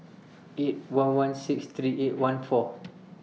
eight one one six three eight one four